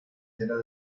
llenas